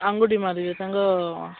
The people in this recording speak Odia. ଆଙ୍ଗୁଠି ମାରିବେ ତାଙ୍କ